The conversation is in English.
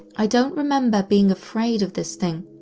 i don't remember being afraid of this thing,